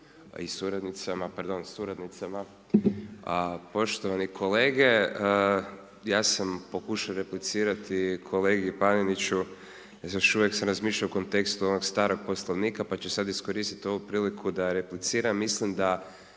i suradnicama, pardon suradnicama, poštovani kolege. Ja sam pokušao replicirati kolegi Paneniću, još uvijek sam razmišljao u kontekstu onog starog Poslovnika pa ću sad iskoristiti ovu priliku da repliciram. Mislim da